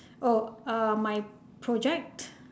oh uh my project